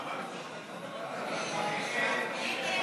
ההצעה להעביר לוועדה את הצעת חוק ביטול עונש המוות (תיקוני חקיקה),